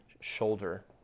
shoulder